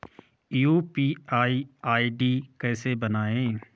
UPI ID कैसे बनायें?